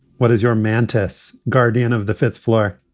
what is your mantis guardian of the fifth floor?